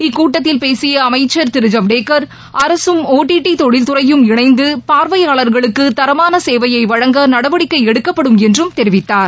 இக்கூட்டத்தில் பேசிய அமைச்சர் திரு ஐவடேகர் அரசும் ஓடிடி தொழில்துறையும் இணைந்து பார்வையாளர்களுக்கு தரமான சேவைய வழங்க நடவடிக்கை எடுக்கப்படும் என்றும் தெரிவித்தார்